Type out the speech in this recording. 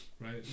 right